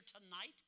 tonight